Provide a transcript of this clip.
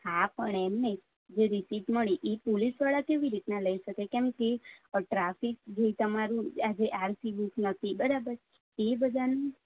હા પણ એમ નહીં જે રિસિપ્ટ મળી એ પોલીસવાળા કેવી રીતના લઈ શકે કેમકે અ ટ્રાફિક જે તમારું આ જે આરસી બુક નથી બરાબર એ બધાનું